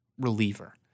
reliever